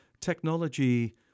technology